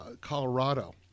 colorado